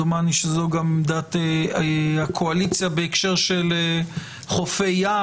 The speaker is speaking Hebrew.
דומני שזו גם דעת הקואליציה בהקשר של חופי ים.